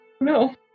No